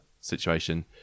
situation